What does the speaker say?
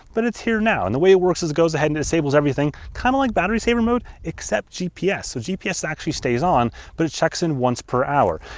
but it's here now. and the way it works is it goes ahead and disables everything, kind of like battery saver mode, except gps. so gps actually stays on but it checks in once per hour.